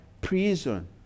prison